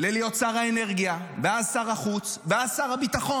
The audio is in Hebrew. ללהיות שר האנרגיה, ואז שר החוץ, ואז שר הביטחון.